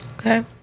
Okay